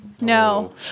no